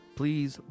please